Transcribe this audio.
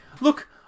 look